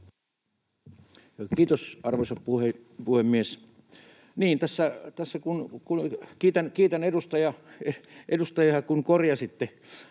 Kiitos, arvoisa puhemies! Kiitän edustajaa, kun korjasitte.